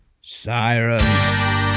Siren